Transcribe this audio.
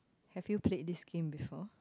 have you played this game before